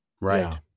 Right